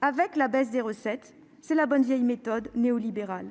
avec la baisse des recettes, c'est la bonne vieille méthode néolibérale :